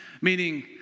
meaning